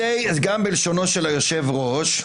גם בלשונו של היושב-ראש,